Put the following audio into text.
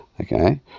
okay